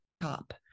top